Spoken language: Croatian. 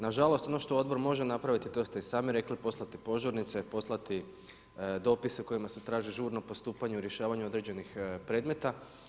Nažalost, ono što odbor može napraviti, to ste i sami rekli, poslati požurnice, poslati dopise u kojima se traži žurno postupanje u rješavanju određenih predmeta.